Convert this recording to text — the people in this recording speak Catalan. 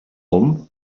hom